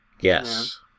Yes